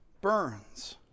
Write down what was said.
burns